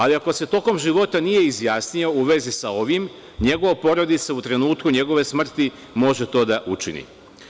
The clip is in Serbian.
Ali ako se tokom života nije izjasnio u vezi sa ovim, njegova porodica u trenutku njegove smrti može to da učini.